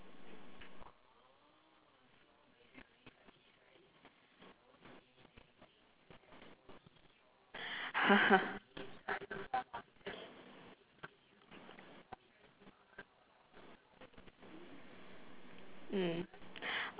mm